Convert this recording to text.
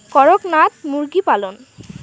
করকনাথ মুরগি পালন?